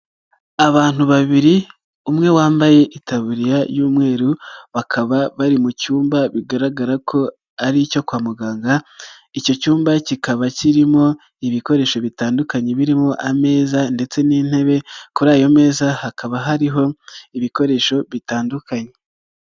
Abantu babiri umwe wambaye itaburiya y'umweru bakaba bari mu cyumba bigaragara ko ari icyo kwa muganga, icyo cyumba kikaba kirimo ibikoresho bitandukanye birimo ameza ndetse n'intebe, kuri ayo meza hakaba hariho ibikoresho bitandukanye.